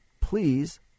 please